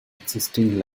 existing